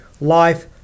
life